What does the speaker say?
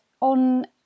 on